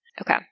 Okay